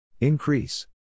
Increase